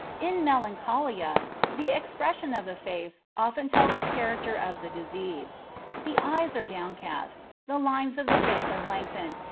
in melancholia the expression of the face often tells the character of the disease the eyes are downcast, the lines of the face are lengthened,